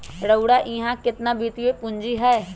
रउरा इहा केतना वित्तीय पूजी हए